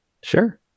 Sure